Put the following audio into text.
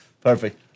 Perfect